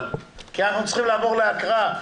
כי אנחנו צריכים לעבור להקראה,